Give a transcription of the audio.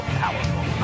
powerful